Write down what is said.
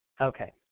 Okay